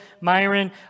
Myron